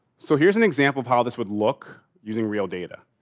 so, here's an example of how this would look using real data.